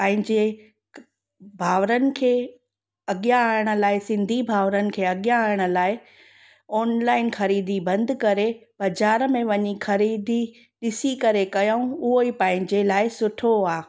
पंहिंजे भाउरनि खे अॻियां आणण लाइ सिंधी भाउरनि खे अॻियां आणण लाइ ऑनलाइन ख़रीदी बंदि करे बज़ार में वञी ख़रीदी ॾिसी करे कयूं उहो ई पंहिंजे लाइ सुठो आहे